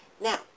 Now